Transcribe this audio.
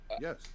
Yes